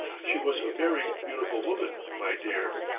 she was a very beautiful woman, my dear.